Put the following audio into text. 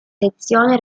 sezione